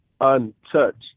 untouched